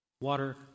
Water